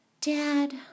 Dad